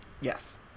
Yes